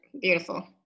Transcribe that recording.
beautiful